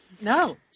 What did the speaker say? No